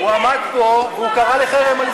אני אקרא אותו, הוא קרא לחרם.